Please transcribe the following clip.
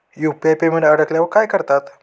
UPI payment अडकल्यावर काय करतात?